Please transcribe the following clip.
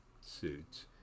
suits